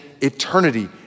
eternity